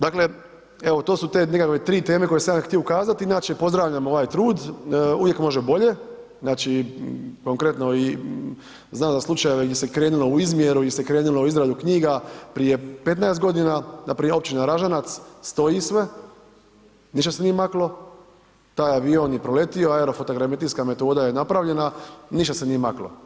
Dakle, evo to su nekakve tri teme koje sam ja htio ukazati inače pozdravljam ovaj trud, uvijek može bolje, znači konkretno i znam za slučajeve gdje se krenulo u izmjeru, gdje se krenulo u izradu knjiga prije 15 godina npr. općina Ražanac, stoji sve, ništa se nije maklo, taj avion je proletio, aerofotogrametrijska metoda je napravljena, ništa se nije maklo.